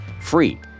free